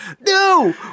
no